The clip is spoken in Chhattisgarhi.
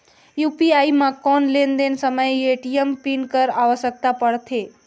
यू.पी.आई म कौन लेन देन समय ए.टी.एम पिन कर आवश्यकता पड़थे?